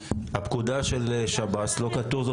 בפקודה של שירות בתי הסוהר לא כתוב.